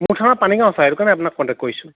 মোৰ থানা পানী গাঁও ছাৰ সেইটো কাৰণে আপোনাক কণ্টেক্ট কৰিছোঁ